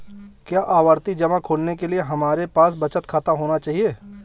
क्या आवर्ती जमा खोलने के लिए हमारे पास बचत खाता होना चाहिए?